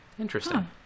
Interesting